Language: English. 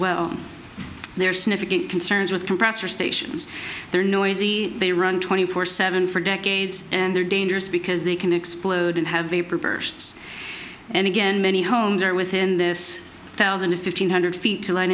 well there sniffing concerns with compressor stations they're noisy they run twenty four seven for decades and they're dangerous because they can explode and have vapor bursts and again many homes are within this thousand to fifteen hundred feet to